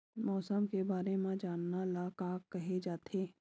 मौसम के बारे म जानना ल का कहे जाथे?